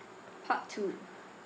part two